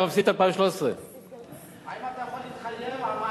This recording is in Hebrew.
אתה מפסיד את 2013. האם אתה יכול להתחייב על,